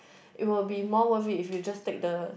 it will be more worth it if you just take the